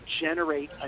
generate